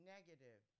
Negative